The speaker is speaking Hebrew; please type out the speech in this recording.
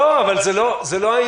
לא, זה לא העניין.